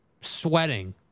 Sweating